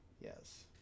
Yes